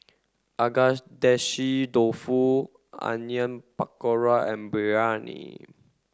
Agedashi Dofu Onion Pakora and Biryani